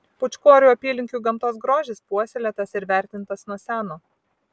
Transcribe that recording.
pūčkorių apylinkių gamtos grožis puoselėtas ir vertintas nuo seno